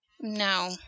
No